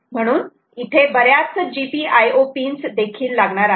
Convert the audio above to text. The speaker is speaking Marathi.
म्हणून इथे बऱ्याच GPIO पिन्स देखील लागणार आहेत